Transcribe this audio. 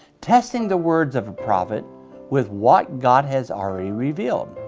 testing the words of a prophet with what god has already revealed.